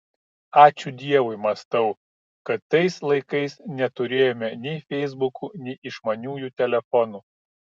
ačiū dievui mąstau kad tais laikais neturėjome nei feisbukų nei išmaniųjų telefonų